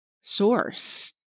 source